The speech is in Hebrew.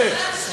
איך?